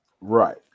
Right